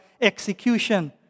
execution